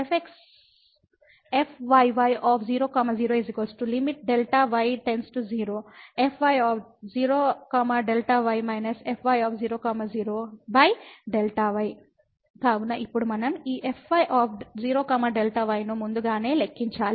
fyy0 0 Δ y 0 fy0 Δy − fy0 0Δy కాబట్టి ఇప్పుడు మనం ఈ fy0 Δy ను ముందుగానే లెక్కించాలి